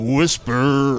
Whisper